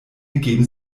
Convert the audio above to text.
geben